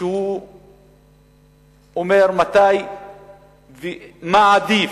כשהוא אומר מה עדיף,